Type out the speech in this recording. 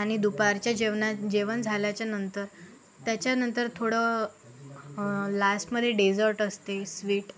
आणि दुपारच्या जेवणात जेवण झाल्याच्या नंतर त्याच्यानंतर थोडं लास्टमध्ये डेजर्ट असते स्वीट